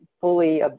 fully